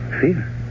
Fear